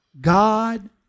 God